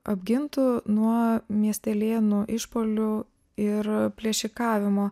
apgintų nuo miestelėnų išpuolių ir plėšikavimo